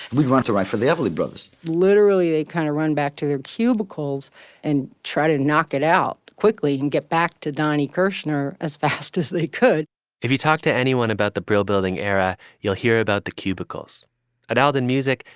we want to write for the everly brothers literally, they kind of run back to their cubicles and try to knock it out quickly and get back to donny kerschner as fast as they could if you talk to anyone about the brill building era, you'll hear about the cubicles at aldin music.